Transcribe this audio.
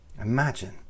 imagine